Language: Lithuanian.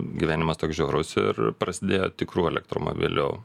gyvenimas toks žiaurus ir prasidėjo tikrų elektromobilių